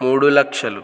మూడు లక్షలు